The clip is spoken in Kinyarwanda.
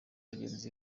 bagenzi